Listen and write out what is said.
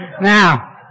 Now